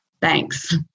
Thanks